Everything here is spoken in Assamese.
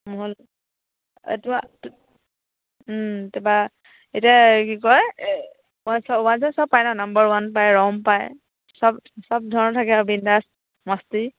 মহল এইটো এতিয়া কি কয় ৱাইন চোৱাইন চব পায় ন নাম্বাৰ ওৱান পায় ৰম পায় চব চব ধৰণৰ থাকে বিন্দাছ মস্তি